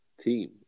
team